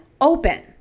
open